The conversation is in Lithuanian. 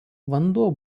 vanduo